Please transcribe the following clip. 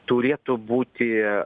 turėtų būti